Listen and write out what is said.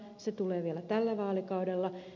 se tulee vielä tällä vaalikaudella